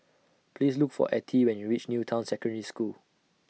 Please Look For Attie when YOU REACH New Town Secondary School